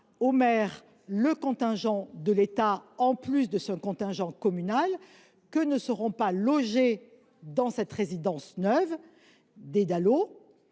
au maire le contingent de l’État en plus de son contingent communal que ne seront pas logés, dans les résidences neuves